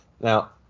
Now